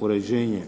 uređenje.